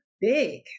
big